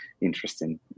interesting